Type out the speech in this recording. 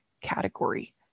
category